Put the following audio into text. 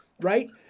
right